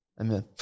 Amen